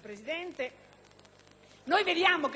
Presidente,